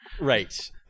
Right